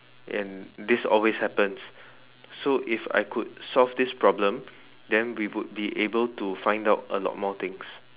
and this always happens so if I could solve this problem then we would be able to find out a lot more things